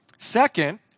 Second